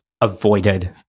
avoided